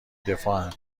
دفاعن